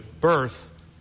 birth